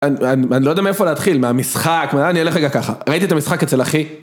אני לא יודע מאיפה להתחיל, מהמשחק, אני אלך רגע ככה, ראיתי את המשחק אצל אחי